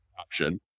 option